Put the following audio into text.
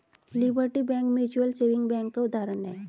liberty bank mutual saving bank का उदाहरण है